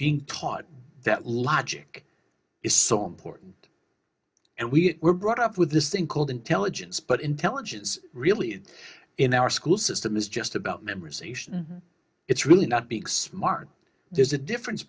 being taught that logic is so important and we were brought up with this thing called intelligence but intelligence really in our school system is just about memorization it's really not being smart there's a difference